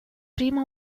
primo